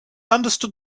understood